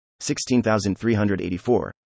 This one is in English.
16384